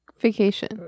Vacation